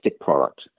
product